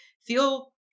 feel